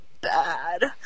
bad